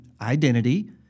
identity